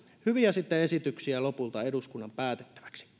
hyviä esityksiä eduskunnan päätettäväksi